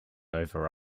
over